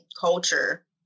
culture